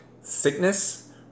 sickness